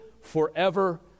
forever